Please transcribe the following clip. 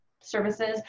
services